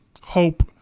hope